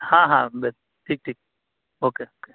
ہاں ہاں بیسٹ ٹھیک ٹھیک اوکے اوکے اوکے